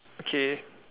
okay